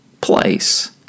place